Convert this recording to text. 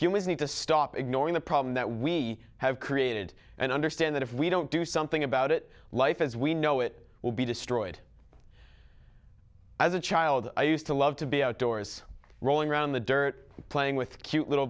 humans need to stop ignoring the problem that we have created and understand that if we don't do something about it life as we know it will be destroyed as a child i used to love to be outdoors rolling around the dirt playing with cute little